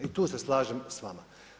I tu se slažem s vama.